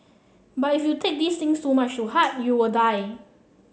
but if you take these things too much to heart you will die